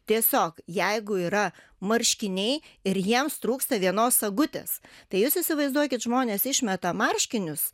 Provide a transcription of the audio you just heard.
tiesiog jeigu yra marškiniai ir jiems trūksta vienos sagutės tai jūs įsivaizduokit žmonės išmeta marškinius